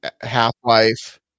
half-life